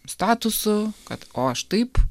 statusu kad o aš taip